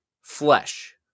flesh